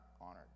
honored